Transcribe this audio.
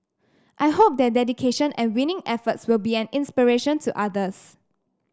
I hope their dedication and winning efforts will be an inspiration to others